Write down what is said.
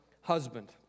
husband